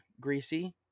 greasy